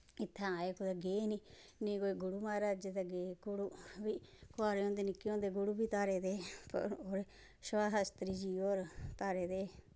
इत्थैं आए कुदै गे नी नेंई कुदै गुरु माराज दै गे कुआरे होंदैं निक्के होंदैं गुरु बी धारे दे पर ओह् सुभाष शास्त्री होर धारे दे